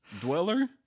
Dweller